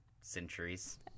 centuries